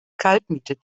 kaltmiete